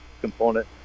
component